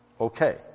Okay